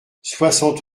soixante